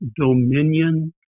dominion